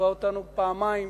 שליווה אותנו פעמיים,